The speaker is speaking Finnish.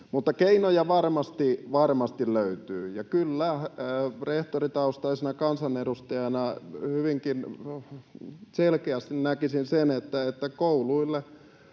Mutta keinoja varmasti löytyy. Ja kyllä, rehtoritaustaisena kansanedustajana hyvinkin selkeästi näkisin sen, että kouluille